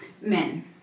Men